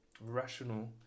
rational